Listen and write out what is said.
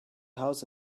house